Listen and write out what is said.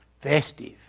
festive